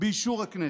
ובאישור הכנסת.